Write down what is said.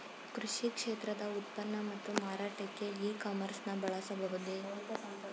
ಕೃಷಿ ಕ್ಷೇತ್ರದ ಉತ್ಪನ್ನ ಮತ್ತು ಮಾರಾಟಕ್ಕೆ ಇ ಕಾಮರ್ಸ್ ನ ಬಳಸಬಹುದೇ?